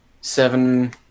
seven